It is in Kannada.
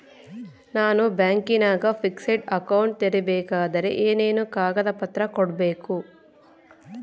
ನಾನು ಬ್ಯಾಂಕಿನಾಗ ಫಿಕ್ಸೆಡ್ ಅಕೌಂಟ್ ತೆರಿಬೇಕಾದರೆ ಏನೇನು ಕಾಗದ ಪತ್ರ ಕೊಡ್ಬೇಕು?